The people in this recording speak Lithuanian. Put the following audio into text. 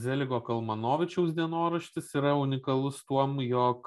zeligo kalmanovičiaus dienoraštis yra unikalus tuom jog